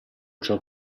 ciò